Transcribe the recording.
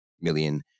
million